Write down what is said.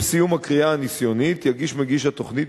עם סיום הכרייה הניסיונית יגיש מגיש התוכנית